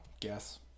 Guess